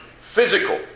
physical